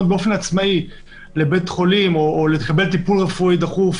באופן עצמאי לבית חולים או לקבל טיפול רפואי דחוף,